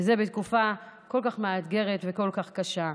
וזה בתקופה כל כך מאתגרת וכל כך קשה.